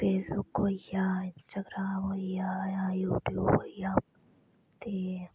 Facebook होई गेआ Instagram होई गेआ जां यू टयूब होई गेआ ते